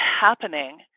happening